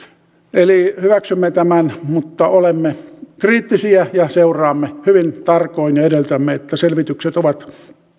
eli hyväksymme tämän mutta olemme kriittisiä ja seuraamme hyvin tarkoin ja edellytämme että selvitykset ovat